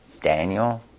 Daniel